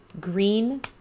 green